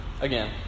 again